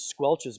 squelches